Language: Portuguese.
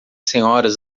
senhoras